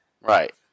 Right